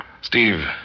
Steve